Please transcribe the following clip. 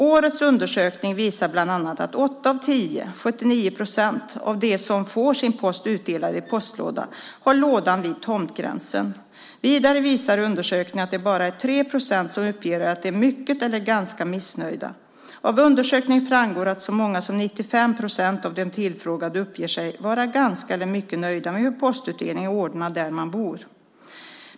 Årets undersökning visar bland annat att åtta av tio, 79 procent, av dem som får sin post utdelad i postlåda har lådan vid tomtgränsen. Vidare visar undersökningen att det bara är 3 procent som uppger att de är mycket eller ganska missnöjda. Av undersökningen framgår att så många som 95 procent av de tillfrågade uppger sig vara ganska eller mycket nöjda med hur postutdelningen är ordnad där man bor.